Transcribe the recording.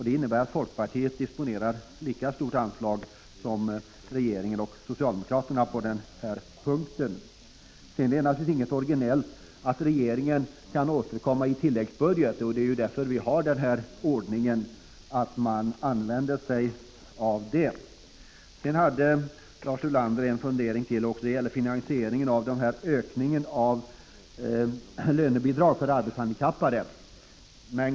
Det innebär att folkpartiet disponerar ett lika stort anslag som regeringen och socialdemokraterna på den här punkten. Sedan är det naturligtvis ingenting originellt att regeringen kan återkomma i tilläggsbudget. Det är ju därför vi har den ordningen. Lars Ulander hade också en fundering om finansieringen av ökningen av lönebidrag för arbetshandikappade.